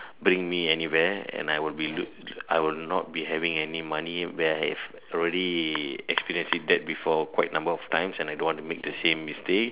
bring me anywhere and I will be I will not be having any money where I have already experienced it that before quite number of times and I don't want to make the same mistake